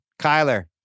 Kyler